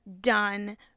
Done